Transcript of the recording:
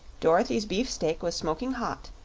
dorothy's beefsteak was smoking hot,